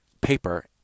paper